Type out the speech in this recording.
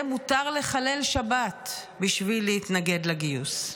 מותר לחלל לשבת בשביל להתנגד לגיוס.